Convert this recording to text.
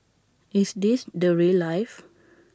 is this the rail life